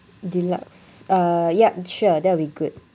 deluxe uh yup sure that will be good